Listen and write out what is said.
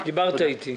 כן, דיברת איתי.